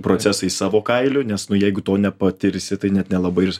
procesai savo kailiu nes nu jeigu to nepatirsi tai net nelabai ir